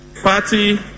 party